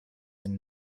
and